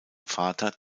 vater